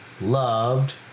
loved